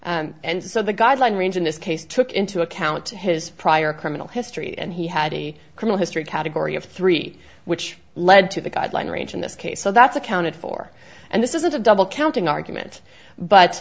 and so the guideline range in this case took into account to his prior criminal history and he had a criminal history category of three which led to the guideline range in this case so that's accounted for and this isn't a double counting argument but